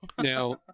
Now